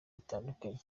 butandukanye